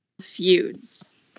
feuds